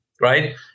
right